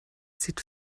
sieht